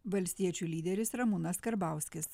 valstiečių lyderis ramūnas karbauskis